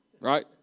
right